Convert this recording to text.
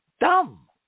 dumb